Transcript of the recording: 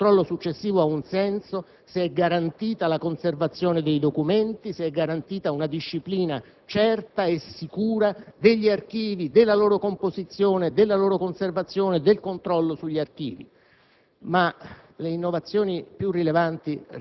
sull'operato dei Servizi. Naturalmente questo controllo successivo ha un senso se è garantita la conversazione dei documenti, se è garantita una disciplina certa e sicura degli archivi, della loro composizione, della loro conservazione, del controllo su di essi.